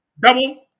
double